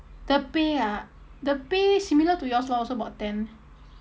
the pay ah the pay similar to yours lor so about ten